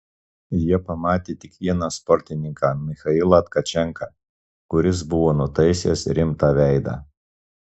jie pamatė tik vieną sportininką michailą tkačenką kuris buvo nutaisęs rimtą veidą